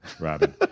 Robin